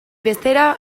bestera